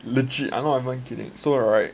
legit I'm not even kidding so right